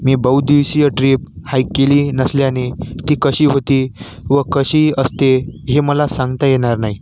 मी बऊदिवशीय ट्रीप हैक केली नसल्याने ती कशी होती व कशी असते हे मला सांगता येणार नाही